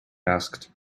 asked